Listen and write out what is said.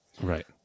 Right